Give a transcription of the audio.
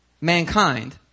mankind